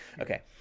Okay